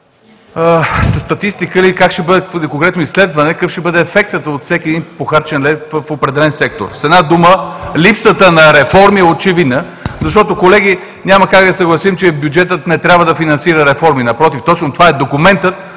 статистика или конкретно изследване какъв ще бъде ефектът от всеки един похарчен лев в определен сектор. С една дума – липсата на реформи е очевидна, защото, колеги, няма как да се съгласим, че бюджетът не трябва да финансира реформи. Напротив, точно това е документът,